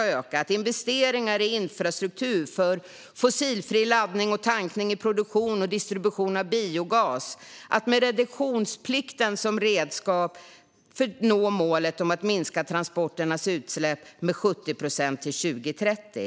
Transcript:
Det slås också fast att det ska göras investeringar i infrastruktur för fossilfri laddning och tankning och i produktion och distribution av biogas och att man med reduktionsplikten som redskap ska nå målet om att minska transporternas utsläpp med 70 procent till 2030.